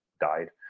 died